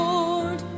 Lord